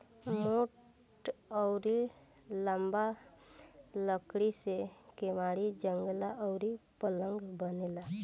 मोट अउरी लंबा लकड़ी से केवाड़ी, जंगला अउरी पलंग बनेला